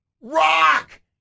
Rock